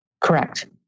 Correct